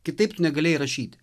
kitaip tu negalėjai rašyti